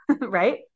Right